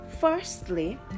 firstly